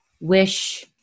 wish